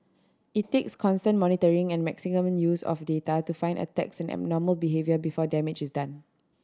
it takes constant monitoring and maximum use of data to find attacks and abnormal behaviour before damage is done